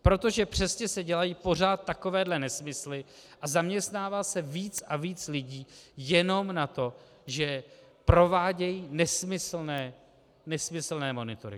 Protože přesně se dělají pořád takovéhle nesmysly a zaměstnává se víc a víc lidí jenom na to, že provádějí nesmyslné, nesmyslné monitoringy.